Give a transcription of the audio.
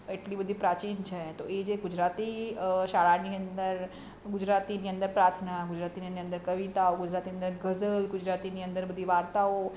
એટલી બધી પ્રાચીન છે તો એ જે ગુજરાતી શાળાની અંદર ગુજરાતીની અંદર પ્રાર્થના ગુજરાતીની અંદર કવિતાઓ ગુજરાતીની અંદર ગઝલ ગુજરાતીની અંદર બધી વાર્તાઓ